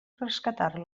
rescatar